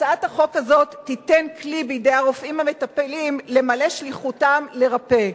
הצעת החוק הזאת תיתן כלי בידי הרופאים המטפלים למלא שליחותם לרפא.